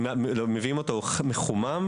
הוא מגיע מחומם,